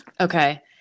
Okay